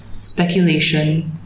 speculation